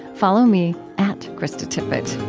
follow me at kristatippett